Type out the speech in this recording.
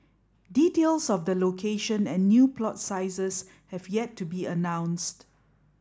details of the location and new plot sizes have yet to be announced